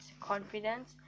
confidence